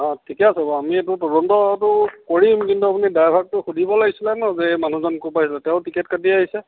অঁ ঠিকে আছে বাৰু আমি এইটো তদন্তটো কৰিম কিন্তু আপুনি ড্ৰাইভাৰটোক সুধিব লাগিছিল ন যে এই মানুহজন ক'ৰপৰা আহিছে তেওঁ টিকেট কাটিয়েই আহিছে